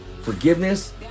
Forgiveness